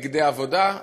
בגדי עבודה,